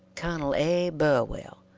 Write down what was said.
col. a. burwell,